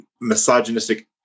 misogynistic